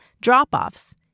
drop-offs